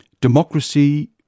democracy